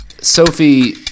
Sophie